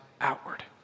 outward